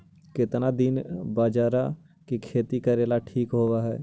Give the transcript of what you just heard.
केतना दिन बाजरा के खेती करेला ठिक होवहइ?